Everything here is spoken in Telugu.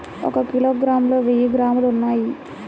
ఒక కిలోగ్రామ్ లో వెయ్యి గ్రాములు ఉన్నాయి